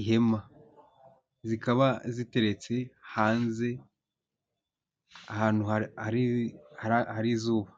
ihema, zikaba ziteretse hanze ahantu hari izuba.